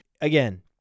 again